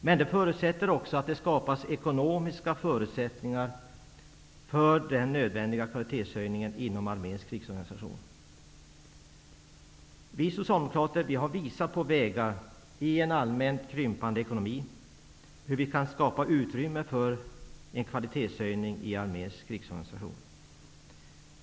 Men det här fordrar också att ekonomiska förutsättningar för den nödvändiga kvalitetshöjningen inom arméns organisation skapas. Vi socialdemokrater har visat på sätt att i en allmänt krympande ekonomi kunna skapa utrymme för en kvalitetshöjning i arméns krigsorganisation.